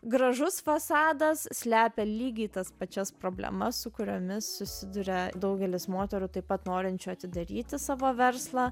gražus fasadas slepia lygiai tas pačias problemas su kuriomis susiduria daugelis moterų taip pat norinčių atidaryti savo verslą